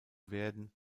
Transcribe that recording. werden